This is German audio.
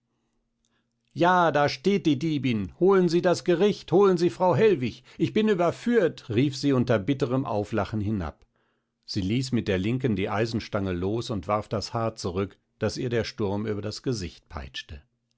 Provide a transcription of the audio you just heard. ja da steht die diebin holen sie das gericht holen sie frau hellwig ich bin überführt rief sie unter bitterem auflachen hinab sie ließ mit der linken die eisenstange los und warf das haar zurück das ihr der sturm über das gesicht peitschte